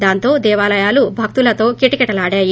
దాంతో దేవాలయాలు భక్తులతో కిటకిటలాడాయి